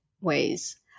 ways